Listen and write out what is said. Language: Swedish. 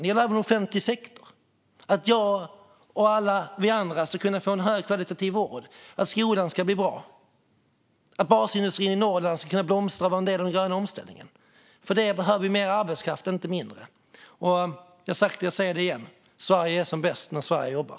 Det gäller även offentlig sektor - att jag och alla vi andra ska kunna få en högkvalitativ vård och att skolan ska bli bra. Det gäller att basindustrin i Norrland ska kunna blomstra och vara en del av den gröna omställningen. För detta behöver vi mer arbetskraft, inte mindre. Jag har sagt det förut, och jag säger det igen: Sverige är som bäst när Sverige jobbar.